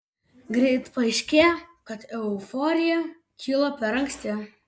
greit paaiškėja kad euforija kilo per anksti